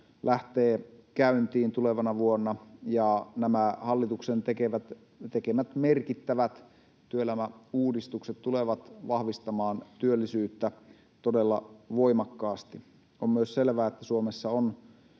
lähtee käyntiin tulevana vuonna, ja nämä hallituksen tekemät merkittävät työelämäuudistukset tulevat vahvistamaan työllisyyttä todella voimakkaasti. On myös selvää, että Suomessa on